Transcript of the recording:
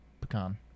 pecan